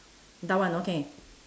down [one] okay